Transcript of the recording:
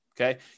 okay